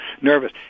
nervous